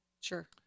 Sure